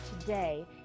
today